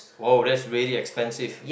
oh that's really expensive